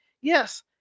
Yes